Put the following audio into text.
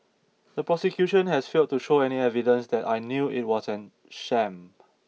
the prosecution has failed to show any evidence that I knew it was an sham